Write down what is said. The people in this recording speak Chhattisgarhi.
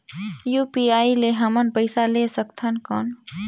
यू.पी.आई ले हमन पइसा ले सकथन कौन?